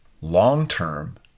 long-term